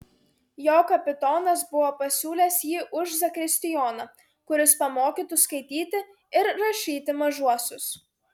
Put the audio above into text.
jo kapitonas buvo pasiūlęs jį už zakristijoną kuris pamokytų skaityti ir rašyti mažuosius